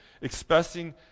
expressing